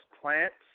plants